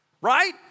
right